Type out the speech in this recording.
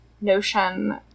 notion